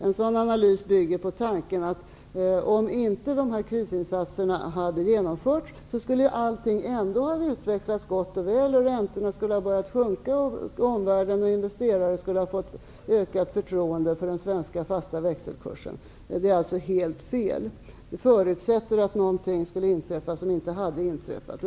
En sådan analys bygger på tanken att om inte dessa krisinsatser hade genomförts skulle allting ändå ha utvecklats gott och väl och räntorna skulle ha börjat sjunka och omvärlden och investerare skulle få ett ökat förtroende för den svenska fasta växelkursen. Det är alltså helt fel. Det förutsätter att någonting skulle inträffa som inte hade inträffat.